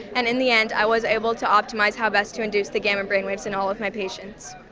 and in the end i was able to optimise how best to induce the gamma brainwaves in all of my patients.